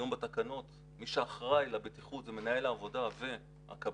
היום בתקנות מי שאחראי לבטיחות זה מנהל העבודה והקבלן,